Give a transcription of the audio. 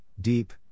deep